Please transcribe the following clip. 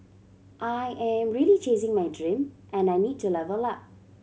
I am really chasing my dream and I need to level up